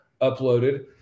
uploaded